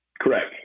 Correct